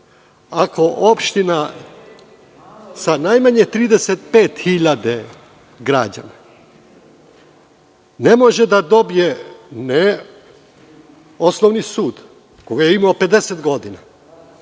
ako opština sa najmanje 35.000 građana ne može da dobije ne osnovi sud koga je imao 50 godina,